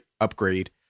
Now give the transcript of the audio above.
upgrade